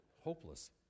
hopeless